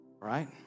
right